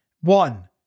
One